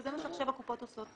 וזה מה שעכשיו הקופות עושות.